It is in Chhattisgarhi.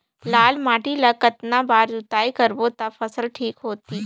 लाल माटी ला कतना बार जुताई करबो ता फसल ठीक होती?